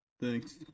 Thanks